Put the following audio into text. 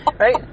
Right